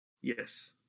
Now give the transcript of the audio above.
Yes